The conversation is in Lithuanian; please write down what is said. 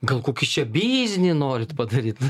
gal kokį čia biznį norit padaryt